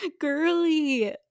girly